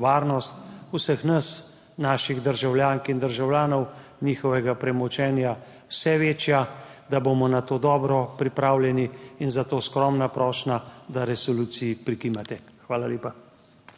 varnost vseh nas, naših državljank in državljanov, njihovega premoženja vse večja, da bomo na to dobro pripravljeni, zato skromna prošnja, da resoluciji prikimate. Hvala lepa.